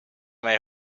mij